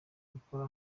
gukora